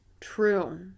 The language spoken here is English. true